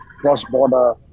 cross-border